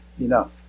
enough